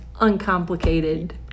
uncomplicated